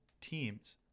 teams